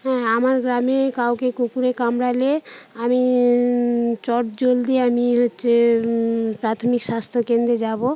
হ্যাঁ আমার গ্রামে কাউকে কুকুরে কামড়ালে আমি চটজলদি আমি হচ্ছে প্রাথমিক স্বাস্থ্যকেন্দ্রে যাব